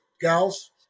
Gals